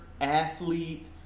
athlete